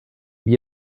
wie